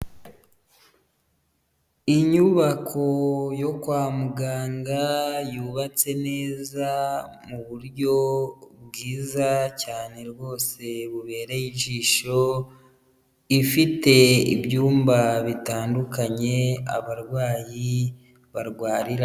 Inyubako yo kwa muganga yubatse neza mu buryo bwiza cyane rwose bubereye ijisho, ifite ibyumba bitandukanye abarwayi barwariramo.